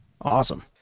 Awesome